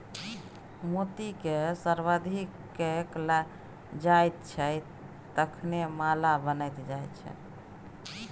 मोतीकए संवर्धित कैल जाइत छै तखने माला बनैत छै